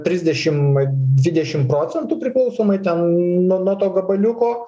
trisdešim dvidešim procentų priklausomai ten no nuo to gabaliuko